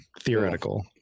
theoretical